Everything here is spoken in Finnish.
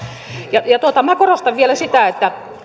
ja korostan vielä